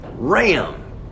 Ram